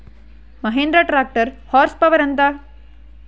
Mahindra tractor horsepower ఎంత?